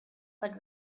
but